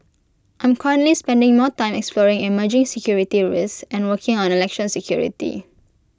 I'm currently spending more time exploring emerging security risks and working on election security